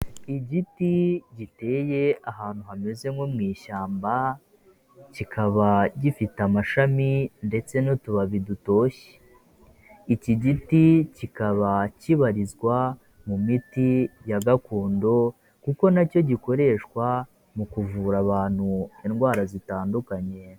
Igiti giteye ahantu hameze nko mu ishyamba kikaba gifite amashami ndetse n'utubabi dutoshye. Iki giti kikaba kibarizwa mu miti ya gakondo kuko nacyo gikoreshwa mu kuvura abantu indwara zitandukanye.